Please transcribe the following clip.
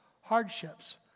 hardships